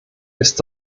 ist